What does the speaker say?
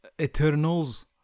Eternals